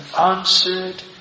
answered